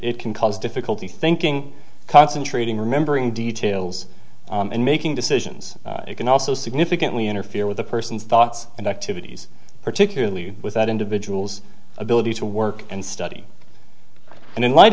can cause difficulty thinking concentrating remembering details and making decisions it can also significantly interfere with a person's thoughts and activities particularly with that individual's ability to work and study and in light